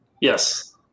Yes